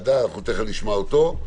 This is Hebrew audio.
ותכף נשמע אותו.